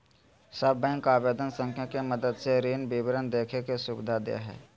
सब बैंक आवेदन संख्या के मदद से ऋण विवरण देखे के सुविधा दे हइ